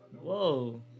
whoa